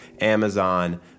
Amazon